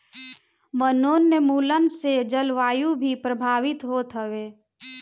वनोंन्मुलन से जलवायु भी प्रभावित होत हवे